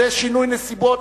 שינוי נסיבות.